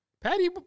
Patty